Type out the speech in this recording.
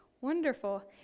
Wonderful